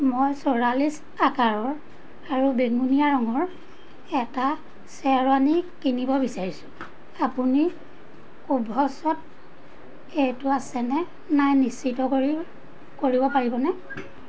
মই চৌৰাল্লিছ আকাৰৰ আৰু বেঙুনীয়া ৰঙৰ এটা শ্বেৰৱানী কিনিব বিচাৰিছোঁ আপুনি কুভছত এইটো আছেনে নাই নিশ্চিত কৰিব পাৰিবনে